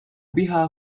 بها